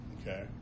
okay